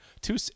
two